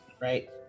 right